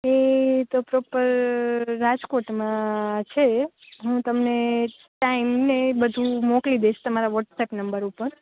એ તો પ્રોપર રાજકોટમાં છે હું તમને ટાઈમને બધુ મોકલી દઇશ તમારા વોટ્સએપ નંબર ઉપર